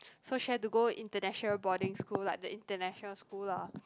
so she had to go international boarding school like the international school lah